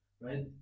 right